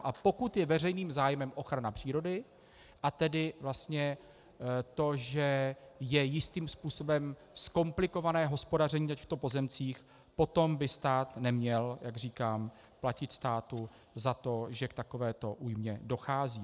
A pokud je veřejným zájmem ochrana přírody, a tedy vlastně to, že je jistým způsobem zkomplikované hospodaření na těchto pozemcích, potom by stát neměl, jak říkám, platit státu za to, že k takovéto újmě dochází.